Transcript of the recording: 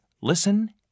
listen